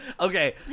Okay